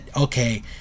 okay